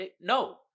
No